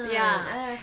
ya